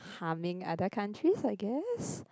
harming at the country I guess